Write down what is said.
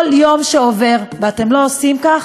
כל יום שעובר ואתם לא עושים כך,